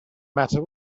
matter